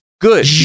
good